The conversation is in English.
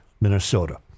Minnesota